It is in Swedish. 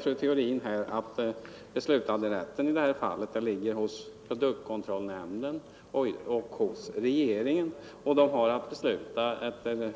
Fru Theorin säger att beslutanderätten i det här fallet ligger hos pro 109 duktkontrollnämnden och hos regeringen och att de har att besluta enligt